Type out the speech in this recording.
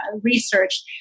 research